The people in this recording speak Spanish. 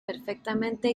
perfectamente